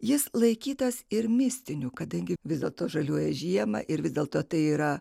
jis laikytas ir mistiniu kadangi vis dėlto žaliuoja žiemą ir vis dėlto tai yra